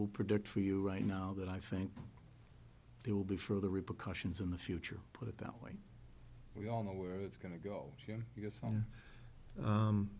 will predict for you right now that i think it will be for the repercussions in the future put it that way we all know where it's going to go